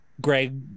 Greg